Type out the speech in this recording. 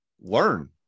Learn